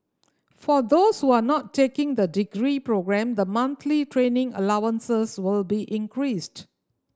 for those who are not taking the degree programme the monthly training allowances will be increased